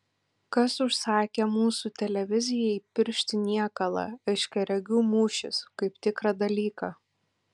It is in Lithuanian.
kas užsakė mūsų televizijai piršti niekalą aiškiaregių mūšis kaip tikrą dalyką